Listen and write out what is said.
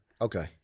Okay